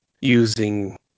using